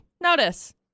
Notice